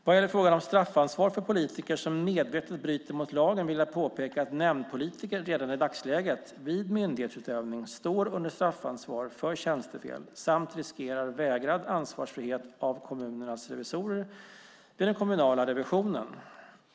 Vad gäller frågan om straffansvar för politiker som medvetet bryter mot lagen vill jag påpeka att nämndpolitiker redan i dagsläget, vid myndighetsutövning, står under straffansvar för tjänstefel samt riskerar vägrad ansvarsfrihet av kommunernas revisorer vid den kommunala revisionen.